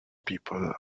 people